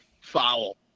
Foul